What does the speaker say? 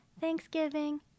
Thanksgiving